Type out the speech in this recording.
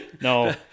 No